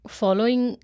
following